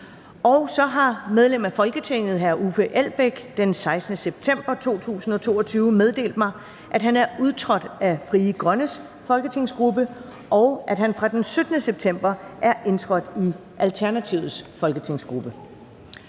Medlem af Folketinget Uffe Elbæk har den 16. september 2022 meddelt mig, at han er udtrådt af Frie Grønnes folketingsgruppe, og at han fra den 17. september er indtrådt i Alternativets folketingsgruppe.